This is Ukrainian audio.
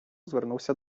звернувся